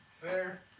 Fair